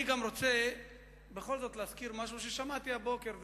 אני גם רוצה בכל זאת להזכיר משהו ששמעתי הבוקר,